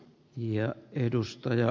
arvoisa puhemies